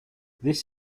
this